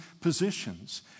positions